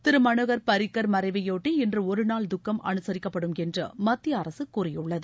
திரு மனோகர் பாரிக்கர் மறைவையொட்டி இன்று ஒருநாள் துக்கம் அனுசரிக்கப்படும் என்று மத்திய அரசு கூறியுள்ளது